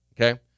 okay